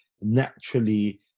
naturally